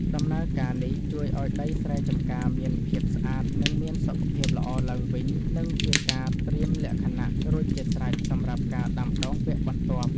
ដំណើរការនេះជួយឱ្យដីស្រែចម្ការមានភាពស្អាត និងមានសុខភាពល្អឡើងវិញ និងជាការត្រៀមលក្ខណៈរួចជាស្រេចសម្រាប់ការដាំដុះវគ្គបន្ទាប់។